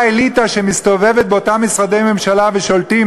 אליטה שמסתובבת באותם משרדי ממשלה ושולטת,